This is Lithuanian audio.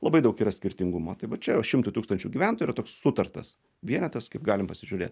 labai daug yra skirtingumo tai va čia jau šimtui tūkstančių gyventojų yra toks sutartas vienetas kaip galim pasižiūrėt